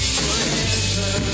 forever